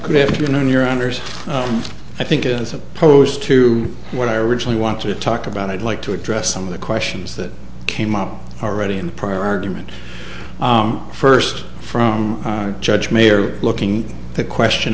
good afternoon your honors i think as opposed to what i originally want to talk about i'd like to address some of the questions that came up already in parliament first from judge mayer looking the question